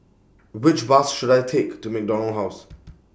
Which Bus should I Take to MacDonald House